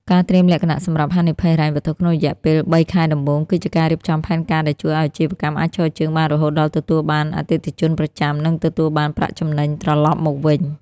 ការត្រៀមលក្ខណៈសម្រាប់ហានិភ័យហិរញ្ញវត្ថុក្នុងរយៈពេលបីខែដំបូង គឺជាការរៀបចំផែនការដែលជួយឱ្យអាជីវកម្មអាចឈរជើងបានរហូតដល់ទទួលបានអតិថិជនប្រចាំ និងទទួលបានប្រាក់ចំណេញត្រឡប់មកវិញ។